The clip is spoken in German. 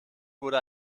wurde